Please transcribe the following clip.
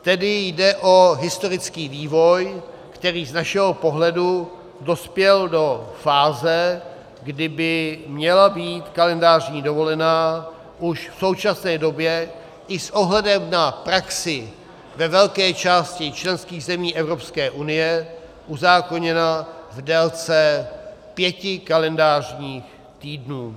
Tedy jde o historický vývoj, který z našeho pohledu dospěl do fáze, kdy by měla být kalendářní dovolená už v současné době i s ohledem na praxi ve velké části členských zemí Evropské unie uzákoněna v délce pěti kalendářních týdnů.